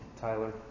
Tyler